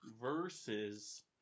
versus